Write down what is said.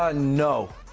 ah no.